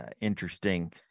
interesting